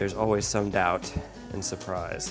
there's always some doubt and surprise